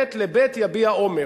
ב' לב' יביע אומר.